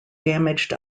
damaged